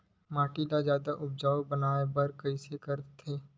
माटी ला जादा उपजाऊ बनाय बर कइसे करथे?